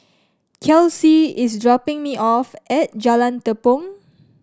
Kelsea is dropping me off at Jalan Tepong